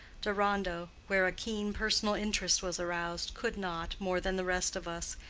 deronda, where a keen personal interest was aroused, could not, more than the rest of us,